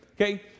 okay